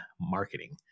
marketing